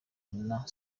rwa